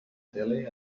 tele